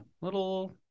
little